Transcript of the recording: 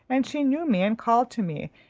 and she knew me and called to me,